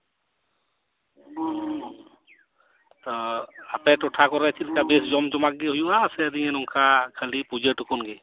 ᱛᱚ ᱟᱯᱮ ᱴᱚᱴᱷᱟ ᱠᱚᱨᱮ ᱪᱮᱫᱞᱮᱠᱟ ᱵᱮᱥ ᱡᱚᱢᱡᱚᱢᱟᱴ ᱜᱮ ᱦᱩᱭᱩᱜᱼᱟ ᱥᱮ ᱱᱤᱭᱟᱹ ᱱᱚᱝᱠᱟ ᱠᱷᱟᱹᱞᱤ ᱯᱩᱡᱟᱹ ᱴᱩᱠᱩᱱ ᱜᱮ